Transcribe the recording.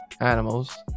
animals